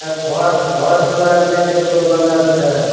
ए घर घर दुआरि नहि केकरो बनल छै